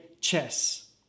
chess